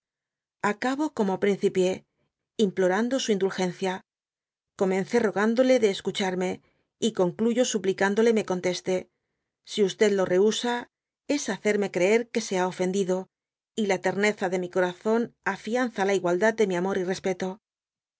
acabo como principia imploiando su indulgencia comence rogándole de escucharme y concluyo suplicándole me conteste si lo rehusa es hacerme oreer que se ha ofendido y la terneza de mi corazón afianza la igualdad de mi amor y respeto